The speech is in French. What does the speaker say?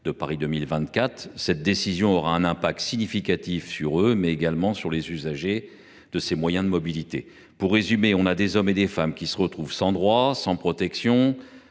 de Paris 2024. Cette décision aura un impact significatif non seulement sur eux, mais également sur les usagers de ces moyens de mobilité. Pour résumer, ces hommes et des femmes qui n’ont rien – ni droit ni protection